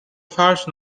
فرش